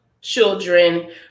children